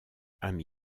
ami